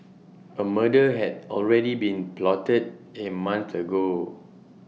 A murder had already been plotted A month ago